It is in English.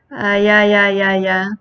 ah ya ya ya ya